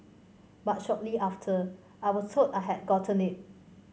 but shortly after I was told I had gotten it